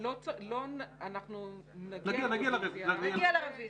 נגיע לרביזיה,